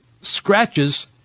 scratches